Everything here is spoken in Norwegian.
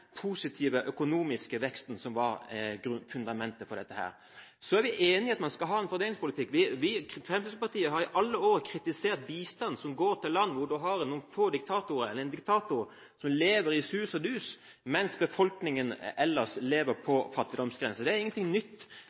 positive økonomiske veksten som var fundamentet for dette. Så er vi enige i at man skal ha en fordelingspolitikk. Fremskrittspartiet har i alle år kritisert bistand som går til land der en diktator lever i sus og dus, mens befolkningen ellers lever på fattigdomsgrensen. Det er ikke noe nytt